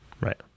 Right